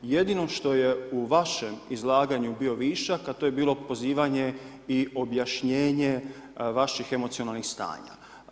Jedino što je u vašem izlaganju bio višak a to je bilo pozivanje i objašnjenje vaših emocionalnih stanja.